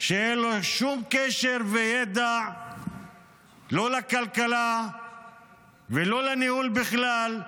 כשאין לו שום ידע וקשר לא לכלכלה ולא לניהול בכלל,